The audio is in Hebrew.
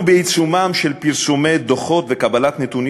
אנחנו בעיצומם של פרסומי דוחות וקבלת נתונים